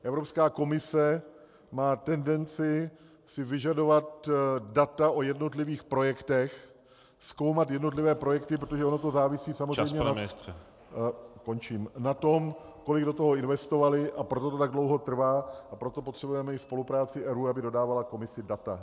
Evropská komise má tendenci si vyžadovat data o jednotlivých projektech, zkoumat jednotlivé projekty, protože ono to závisí samozřejmě na tom , kolik do toho investovali, a proto to tak dlouho trvá a proto potřebujeme i spolupráci ERÚ, aby dodával Komisi data.